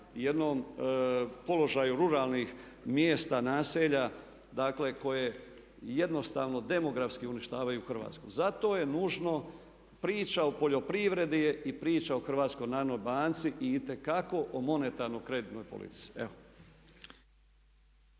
jednom položaju ruralnih mjesta, naselja. Dakle, koje jednostavno demografski uništavaju Hrvatsku. Zato je nužno priča o poljoprivredi je i priča o Hrvatskoj narodnoj banci i itekako o monetarno-kreditnoj politici.